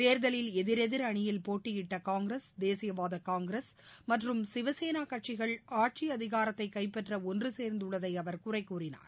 தேர்தலில் எதிரெதிர் அணியில் போட்டியிட்ட னங்கிரஸ் தேசியவாத காங்கிரஸ் மற்றும் சிவசேனா கட்சிகள் ஆட்சி அதிகாரத்தை கைப்பற்ற ஒன்று சேர்ந்துள்ளதை அவர் குறை கூறினார்